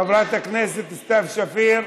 חברת הכנסת סתיו שפיר,